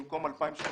במקום "2018"